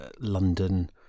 London